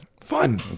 fun